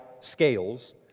scales